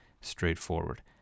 Straightforward